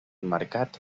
mercat